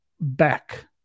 back